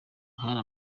hari